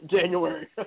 January